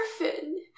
orphan